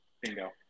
Bingo